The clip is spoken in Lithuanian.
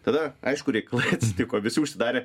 tada aišku reikalai atsitiko visi užsidarė